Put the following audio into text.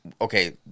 okay